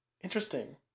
interesting